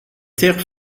terres